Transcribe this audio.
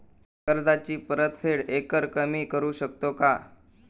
कर्जाची परतफेड एकरकमी करू शकतो का?